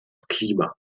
klima